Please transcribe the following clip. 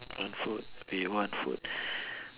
want food we want food